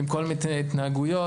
עם כל מיני התנהגויות,